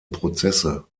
prozesse